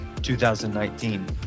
2019